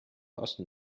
osten